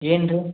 ಏನು ರೀ